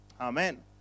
Amen